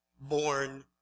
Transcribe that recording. born